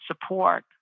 support